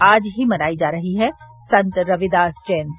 आज ही मनाई जा रही है संत रविदास जयंती